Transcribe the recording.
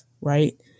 Right